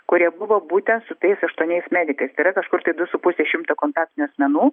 kurie buvo būtent su tais aštuoniais medikais tai yra kažkur tai du su puse šimto kontaktinių asmenų